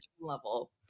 level